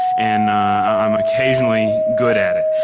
and i'm occasionally good at it.